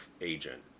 agent